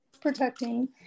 protecting